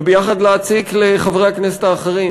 וביחד להציק לחברי הכנסת האחרים,